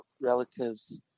relatives